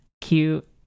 cute